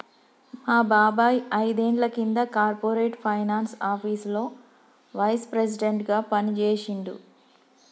మా బాబాయ్ ఐదేండ్ల కింద కార్పొరేట్ ఫైనాన్స్ ఆపీసులో వైస్ ప్రెసిడెంట్గా పనిజేశిండు